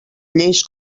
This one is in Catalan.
lleis